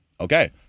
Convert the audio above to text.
okay